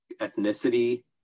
ethnicity